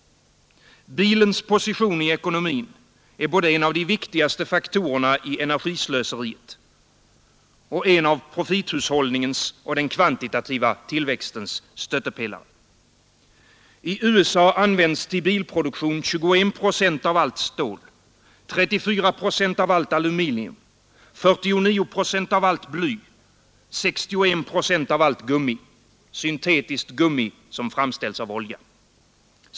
Bilens position i ekonomin är både en av de viktigaste faktorerna i energislöseriet och en av profithushållningens och den kvantitativa tillväxtens stöttepelare. I USA används till bilproduktion 21 procent av allt stål, 34 procent av allt aluminium, 49 procent av allt bly, 61 procent av allt gummi — syntetiskt gummi, som framställs av olja.